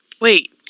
Wait